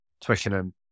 Twickenham